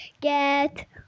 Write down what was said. get